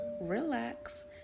relax